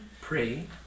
pray